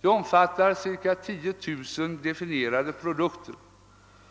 Det omfattar ca 10 000 definierade produkter,